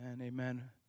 Amen